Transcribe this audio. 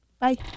Bye